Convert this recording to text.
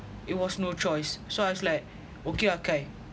it was no choice so I was like okay ah kai